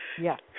Yes